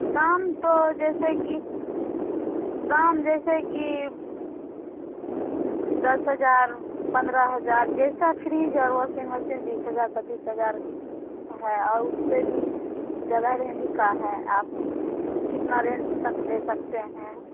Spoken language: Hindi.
दाम तो जैसे कि दाम जैसे कि दस हजार पन्द्रह हजार जैसा फ्रिज और वासिंग मसीन बीस हजार पचीस हजार तक है और उससे भी ज्यादा रेंज का है आप कितना रेंज तक ले सकते हैं